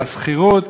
על השכירות,